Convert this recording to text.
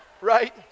Right